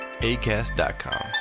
ACAST.com